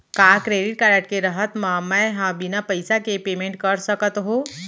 का credit card के रहत म, मैं ह बिना पइसा के पेमेंट कर सकत हो?